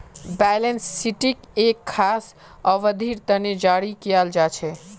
balance शीटक एक खास अवधिर तने जारी कियाल जा छे